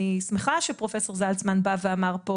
אני שמחה שפרופ' זלצמן בא ואמר פה